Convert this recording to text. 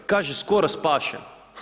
Kaže, skoro spašen.